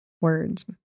words